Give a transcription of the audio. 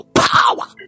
power